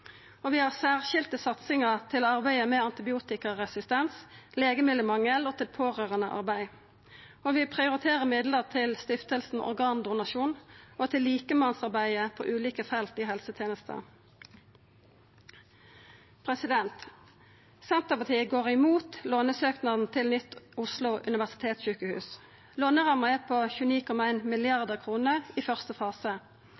eldre. Vi har særskilde satsingar til arbeidet med antibiotikaresistens, legemiddelmangel og pårørandearbeid. Vi prioriterer midlar til Stiftelsen Organdonasjon og til likemannsarbeidet på ulike felt i helsetenesta. Senterpartiet går imot lånesøknaden til nytt Oslo universitetssjukehus. Låneramma er på